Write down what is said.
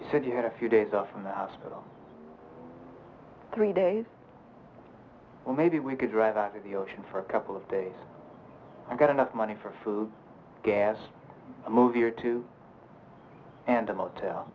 one said you had a few days off in the hospital three days well maybe we could drive out of the ocean for a couple of days i've got enough money for food gas a movie or two and a motel